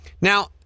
Now